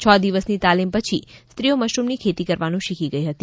છ દિવસની તાલીમ પછી સ્ત્રીઓ મશરૂમની ખેતી કરવાનું શીખી ગઈ હતી